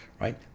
right